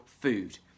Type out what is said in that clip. food